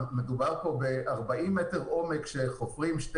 מדובר פה בחפירה בעומק של 40 מטר של שתי